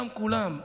כולם,